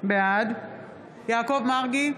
בעד יעקב מרגי,